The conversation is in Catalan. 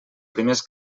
primers